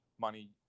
money